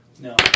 No